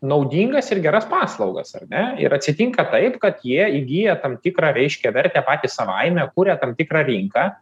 naudingas ir geras paslaugas ar ne ir atsitinka taip kad jie įgyja tam tikrą reiškia vertę patys savaime kuria tam tikrą rinką